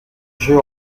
jeux